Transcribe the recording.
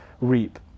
reap